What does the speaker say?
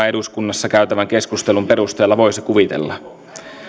eduskunnassa käytävän keskustelun perusteella voisi kuvitella